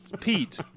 Pete